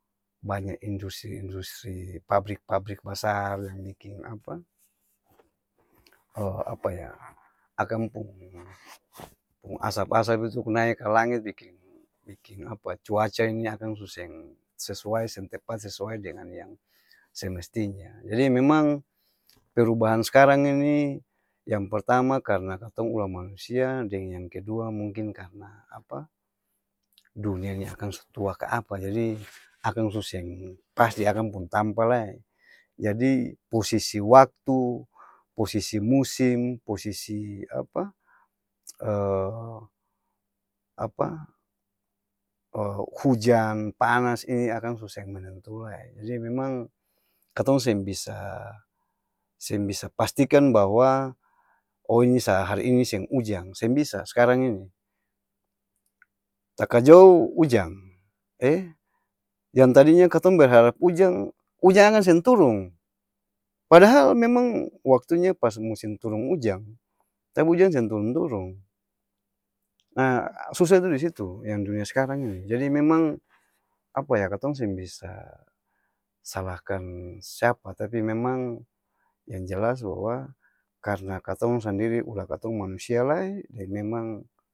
Banya industri-industri pabrik-pabrik basar yang biking apa? akang pung pung-asap-asap itu nae ka langit biking biking-apa cuaca ini akang su seng sesuai seng tepat sesuai dengan yang semestinya jadi memang, perubahan s'karang ini, yang pertama karna katong ulah manusia, deng yang kedua mungkin karna apa? dunia ni akang su tua ka'apa? Jadi, akang su seng pas di akang pung tampa lae, jadi posisi waktu, posisi musim, posisi apa? hujan, panas ini akang su seng menentu lae, jadi memang, katong seng bisa seng bisa pastikan bahwa, oo sa ini hari ini seng ujang, seng bisa skarang ini! Takajo'u ujang! Eh yang tadi nya katong berharap ujang, ujang akang seng turung, padahal memang waktu nya pas musim turung ujang, tapi ujang seng turung-turung, naah susa itu di situ yang dunia skarang ini jadi memang, apa ya? Katong seng bisa salahkaan siapa? Tapi memang yang jelas bahwa, karna katong sandiri ulah katong manusia lae, jadi memang.